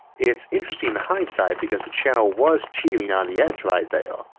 it's interesting in hindsight because the channel was teetering on the edge right there.